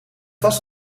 vast